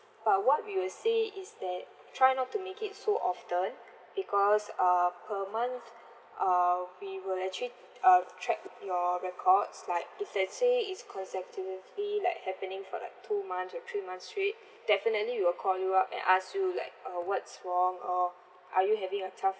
but what we will say is that try not to make it so often because uh per month uh we will actually uh track your records like if let's say it's consecutively like happening for like two months or three months straight definitely we will call you up and ask you like uh what's wrong or are you having a tough